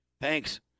thanks